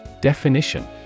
Definition